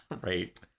right